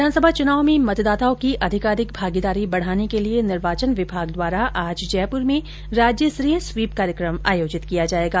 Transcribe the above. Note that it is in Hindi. विधानसभा चुनाव में मतदाताओं की अधिकाधिक भागीदारी बढ़ाने के लिए निर्वाचन विभाग द्वारा आज जयपुर में राज्य स्तरीय स्वीप कार्यक्रम आयोजित किया जाएगा